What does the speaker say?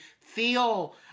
feel